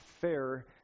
fair